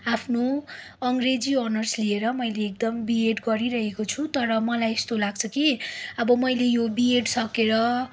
आफ्नो अङ्ग्रेजी अनर्स लिएर मैले एकदम बिएड गरिरहेको छु तर मलाई यस्तो लाग्छ कि अब मैले यो बिएड सकेर